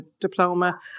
diploma